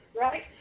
right